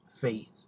faith